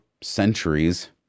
centuries